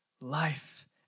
Life